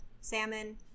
salmon